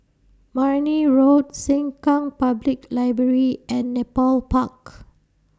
Marne Road Sengkang Public Library and Nepal Park